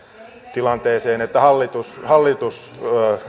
tilanteeseen että hallitus hallitus